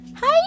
hi